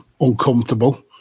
uncomfortable